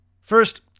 First